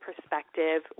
perspective